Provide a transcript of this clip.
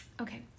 Okay